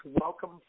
Welcome